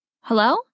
Hello